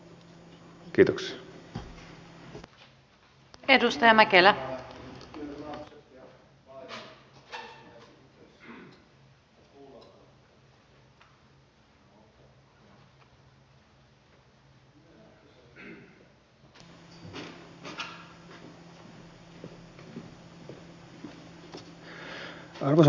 arvoisa puhemies